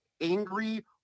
angry